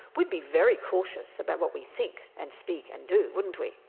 we'd be very cautious about what we think and speak and do wouldn't we?